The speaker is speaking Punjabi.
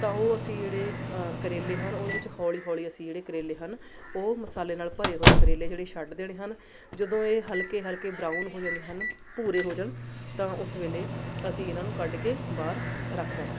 ਤਾਂ ਉਹ ਅਸੀਂ ਜਿਹੜੇ ਕਰੇਲੇ ਹਨ ਉਹਦੇ ਵਿੱਚ ਹੌਲੀ ਹੌਲੀ ਅਸੀਂ ਜਿਹੜੇ ਕਰੇਲੇ ਹਨ ਉਹ ਮਸਾਲੇ ਨਾਲ ਭਰੇ ਹੋਏ ਕਰੇਲੇ ਜਿਹੜੇ ਛੱਡ ਦੇਣੇ ਹਨ ਜਦੋਂ ਇਹ ਹਲਕੇ ਹਲਕੇ ਬਰਾਊਨ ਹੋ ਜਾਂਦੇ ਹਨ ਭੂਰੇ ਹੋ ਜਾਣ ਤਾਂ ਉਸ ਵੇਲੇ ਅਸੀਂ ਇਹਨਾਂ ਨੂੰ ਕੱਢ ਕੇ ਬਾਹਰ ਰੱਖ ਲੈਣਾ